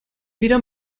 wieder